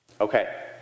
Okay